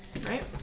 right